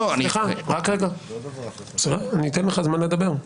------ סליחה, אני אתן לך זמן לדבר.